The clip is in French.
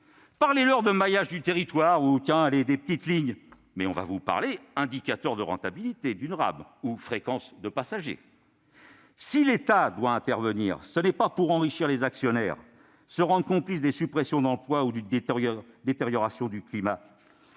Parlez-leur de maillage du territoire et de petites lignes, on vous répondra indicateur de rentabilité d'une rame ou fréquence de passagers. Si l'État doit intervenir, ce n'est pas pour enrichir les actionnaires ni pour se rendre complice des suppressions d'emplois ou d'une détérioration du climat.